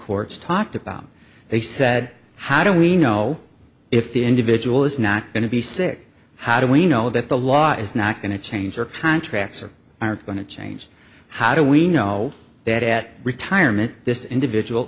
courts talked about they said how do we know if the individual is not going to be sick how do we know that the law is not going to change their contracts or aren't going to change how do we know that at retirement this individual